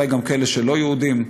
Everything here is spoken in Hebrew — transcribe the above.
אולי גם כאלה שהם לא יהודים,